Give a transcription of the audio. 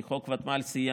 כי חוק הוותמ"ל סיים